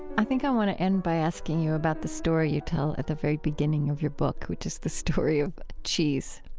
i think i want to end by asking you about the story you tell at the very beginning of your book, which is the story of cheese,